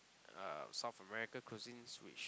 uh South American cuisines which